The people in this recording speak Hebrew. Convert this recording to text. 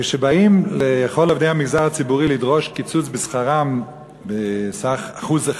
כשבאים לכל עובדי המגזר הציבורי לדרוש קיצוץ בשכרם בסך 1%,